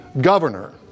governor